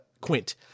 Quint